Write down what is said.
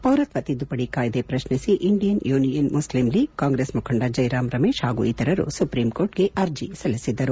ಪೌರತ್ನ ತಿದ್ದುಪದಿ ಕಾಯ್ದೆ ಪ್ರಶ್ನಿಸಿ ಇಂಡಿಯನ್ ಯೂನಿಯನ್ ಮುಸ್ಲಿಂ ಲೀಗ್ ಕಾಂಗ್ರೆಸ್ ಮುಖಂಡ ಜೈರಾಮ್ ರಮೇಶ್ ಹಾಗೂ ಇತರರು ಸುಪ್ರೀಂಕೋರ್ಟ್ಗೆ ಅರ್ಜಿ ಸಲ್ಲಿಸಿದ್ದರು